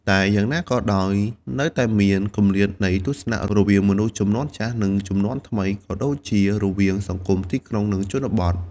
តែយ៉ាងណាក៏ដោយនៅតែមាន គម្លាតនៃទស្សនៈ រវាងមនុស្សជំនាន់ចាស់ និងជំនាន់ថ្មី ក៏ដូចជារវាងសង្គមទីក្រុង និងជនបទ ។